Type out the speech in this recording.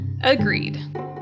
Agreed